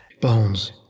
Bones